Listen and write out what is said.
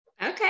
okay